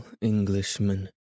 Englishman